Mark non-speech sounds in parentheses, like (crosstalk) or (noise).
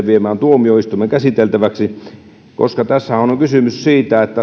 (unintelligible) viemään tuomioistuimen käsiteltäväksi tässähän on on kysymys siitä